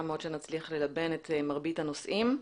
מאוד שנצליח ללבן את מרבית הנושאים.